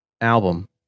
album